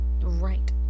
right